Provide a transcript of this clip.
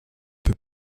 peux